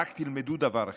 רק תלמדו דבר אחד: